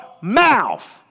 mouth